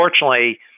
unfortunately